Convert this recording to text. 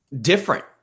different